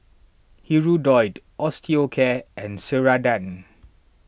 Hirudoid Osteocare and Ceradan